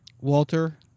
Walter